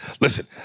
listen